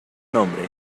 nombre